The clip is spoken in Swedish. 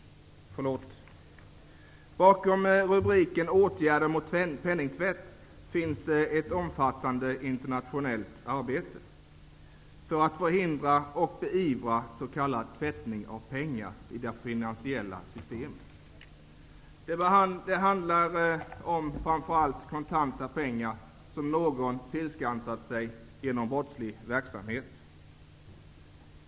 Bakom rubriken Åtgärder mot penningtvätt finns ett omfattande internationellt arbete för att förhindra och beivra s.k. tvättning av pengar i det finansiella systemet. Det handlar framför allt om kontanta pengar som någon tillskansat sig genom brottslig verksamhet.